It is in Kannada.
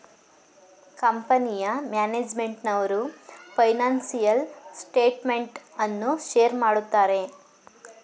ಕಂಪನಿಯ ಮ್ಯಾನೇಜ್ಮೆಂಟ್ನವರು ಫೈನಾನ್ಸಿಯಲ್ ಸ್ಟೇಟ್ಮೆಂಟ್ ಅನ್ನು ಶೇರ್ ಮಾಡುತ್ತಾರೆ